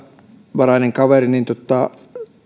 vähävarainen kaveri